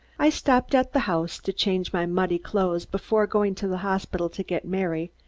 i stopped at the house to change my muddy clothes, before going to the hospital to get mary,